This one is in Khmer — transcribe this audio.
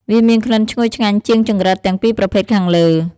វាមានក្លិនឈ្ងុយឆ្ងាញ់ជាងចង្រិតទាំងពីរប្រភេទខាងលើ។